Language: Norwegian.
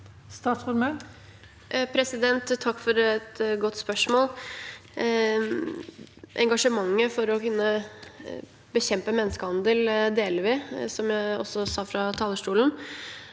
Takk for et godt spørsmål. Engasjementet for å kunne bekjempe menneskehandel deler vi, som jeg også sa fra talerstolen.